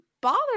bother